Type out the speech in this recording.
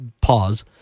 pause